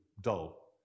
dull